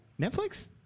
Netflix